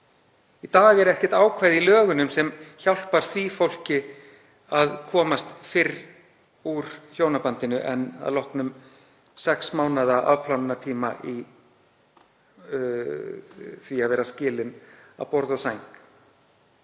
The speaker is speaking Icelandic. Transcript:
Í dag er ekkert ákvæði í lögunum sem hjálpar því fólki að komast fyrr úr hjónabandinu en að loknum sex mánaða afplánunartíma í því að vera skilin að borði og sæng.